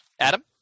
Adam